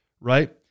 right